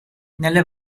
nelle